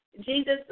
Jesus